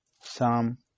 Psalm